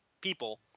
people